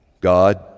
God